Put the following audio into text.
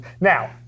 Now